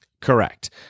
Correct